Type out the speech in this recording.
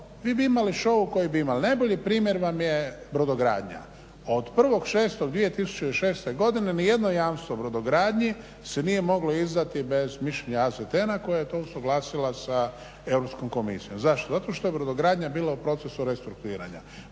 mi bi imali show koji bi imali. Najbolji primjer vam je brodogradnja. Od 1.6.2006. godine ni jedno jamstvo brodogradnji se nije moglo izdati bez mišljenja AZTN-a koja je to usuglasila sa Europskom komisijom. Zašto? Zato što je brodogradnja bila u procesu restrukturiranja.